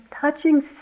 touching